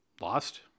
lost